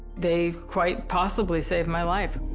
they quite possibly saved my life.